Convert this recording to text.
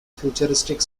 futuristic